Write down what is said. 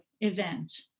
event